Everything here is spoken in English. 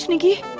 and again,